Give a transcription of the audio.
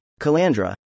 Calandra